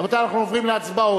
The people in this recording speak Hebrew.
רבותי, אנחנו עוברים להצבעות.